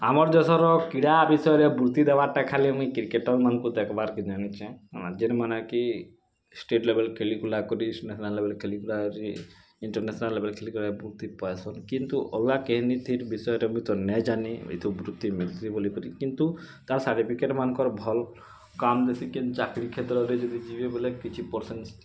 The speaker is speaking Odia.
ଆମର୍ ଦେଶର କ୍ରୀଡ଼ା ବିଷୟରେ ବୃତ୍ତି ଦେବାଟା ଖାଲି ମୁଇଁ କ୍ରିକେଟର୍ମାନଙ୍କୁ ଦେଖ୍ବାର କେ ଜାଣିଛେଁ ଯେନ୍ମାନେ କି ଷ୍ଟେଟ୍ ଲେବୁଲ୍ ଖେଲିଖୁଲା କରି ନ୍ୟାସନାଲ୍ ଲେବଲ୍ ଖେଲିଖୁଲା କରି ଇଣ୍ଟରନ୍ୟାସନାଲ୍ ଲେବଲ୍ ଖେଲିଖୁଲା କରି ବୃତ୍ତି ପାଇସନ୍ କିନ୍ତୁ ଅଲଗା କେହି ନେଇଁଥି ବିଷୟରେ ମୁଁ ତ ନାଇଁ ଜାନି ଏଇ ସବୁ ବୃତ୍ତି ମିଲ୍ସି ବୋଲି କିରି କିନ୍ତୁ ତା'ର୍ ସାଟିଫିକେଟ୍ମାନଙ୍କର ଭଲ୍ କାମ ଦେସି କିନ୍ତୁ ଚାକିରି କ୍ଷେତ୍ରରେ ଯଦି ଯିବେ ବୋଲେ କିଛି ପର୍ସେଣ୍ଟ